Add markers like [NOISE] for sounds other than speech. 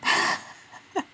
[LAUGHS]